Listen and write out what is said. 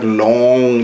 long